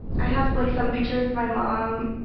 i have like some pictures of my mom.